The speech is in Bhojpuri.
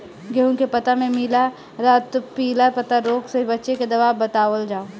गेहूँ के पता मे पिला रातपिला पतारोग से बचें के दवा बतावल जाव?